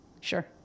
sure